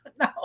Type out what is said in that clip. No